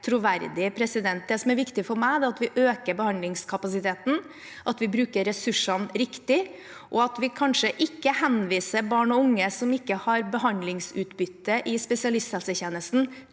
troverdig. Det som er viktig for meg, er at vi øker behandlingskapasiteten, at vi bruker ressursene riktig, og at vi kanskje ikke henviser barn og unge som ikke har behandlingsutbytte i spesialisthelsetjenesten,